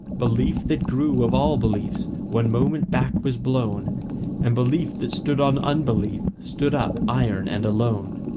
belief that grew of all beliefs one moment back was blown and belief that stood on unbelief stood up iron and alone.